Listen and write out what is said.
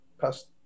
past